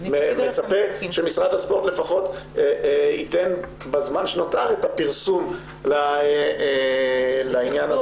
אני גם מצפה שמשרד הספורט ייתן לפחות בזמן שנותר את הפרסום לעניין הזה.